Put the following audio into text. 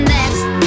Next